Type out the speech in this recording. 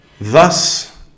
Thus